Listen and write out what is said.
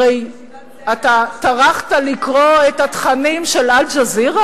הרי אתה טרחת לקרוא את התכנים של "אל-ג'זירה",